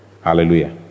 hallelujah